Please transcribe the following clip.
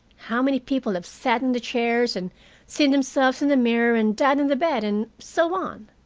how many people have sat in the chairs and seen themselves in the mirror and died in the bed, and so on.